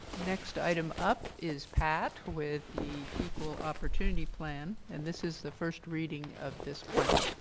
next item up is pat with the equal opportunity plan and this is the first reading of this plan.